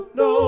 no